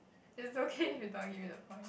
is okay if you don't give me the point